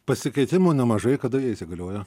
pasikeitimų nemažai kada jie įsigalioja